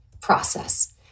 process